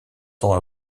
temps